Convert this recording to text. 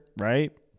right